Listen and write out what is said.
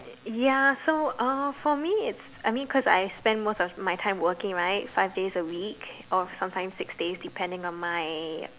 ya so uh for me it's I mean cause I spend most of my time working right five days a week or sometimes six days depending on my